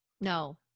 No